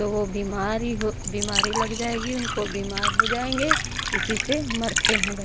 तो वह बीमारी हो बीमारी लग जाएगी उनको बीमार हो जाएँगे इसी से मरते हैं बच्चे